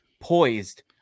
poised